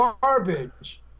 garbage